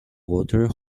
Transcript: water